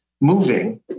moving